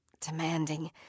demanding